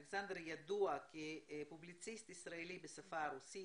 אלכסנדר ידוע כפובליציסט ישראלי בשפה הרוסית,